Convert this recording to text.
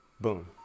boom